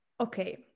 Okay